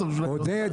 עודד,